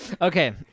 Okay